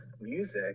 music